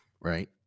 Right